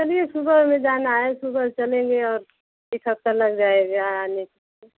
चलिए सुबह में जाना है सुबह चलेंगे और एक हफ्ता लग जाएगा आने के लिए